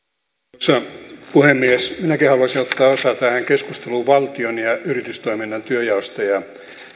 arvoisa puhemies minäkin haluaisin ottaa osaa tähän keskusteluun valtion ja yritystoiminnan työnjaosta ja